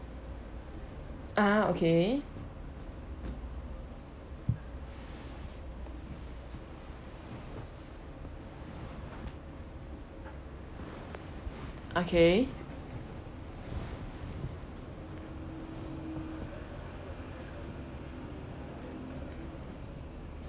ah okay okay